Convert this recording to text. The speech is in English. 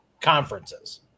conferences